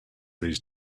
these